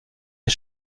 des